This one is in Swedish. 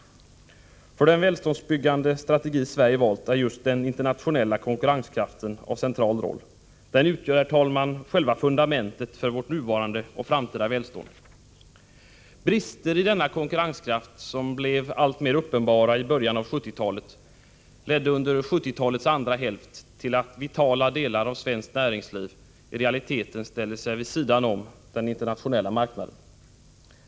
117 För den välståndsbyggande strategi Sverige valt är just den internationella konkurrenskraften av central roll — den utgör, herr talman, själva fundamentet för vårt nuvarande och framtida välstånd. Brister i denna konkurrenskraft, som blev alltmer uppenbara i början av 1970-talet, ledde under 1970-talets andra hälft till att vitala delar av svenskt näringsliv i realiteten ställde sig vid sidan om den internationella marknaden.